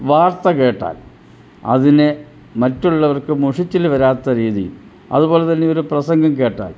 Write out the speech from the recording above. വാർത്ത കേട്ടാൽ അതിനെ മറ്റുള്ളവർക്ക് മുഷിച്ചൽ വരാത്ത രീതിയിൽ അതുപോല തന്നെ ഒരു പ്രസംഗം കേട്ടാൽ